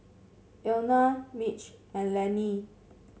Elna Mitch and Lenny